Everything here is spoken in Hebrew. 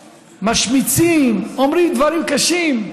משמיצים, אומרים דברים קשים,